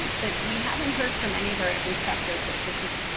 but we haven't heard from any of our ah instructors that this has